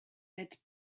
that